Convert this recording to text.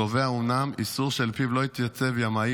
קובע אומנם איסור שלפיו לא יתייצב ימאי